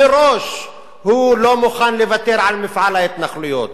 מראש הוא לא מוכן לוותר על מפעל ההתנחלויות,